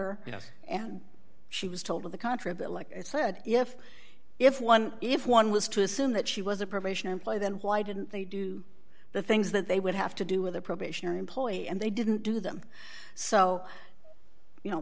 yes and she was told of the contraband like i said if if one if one was to assume that she was a probation employee then why didn't they do the things that they would have to do with a probationary employee and they didn't do them so you know